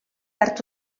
hartu